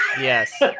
Yes